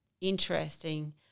interesting